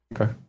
okay